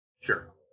Sure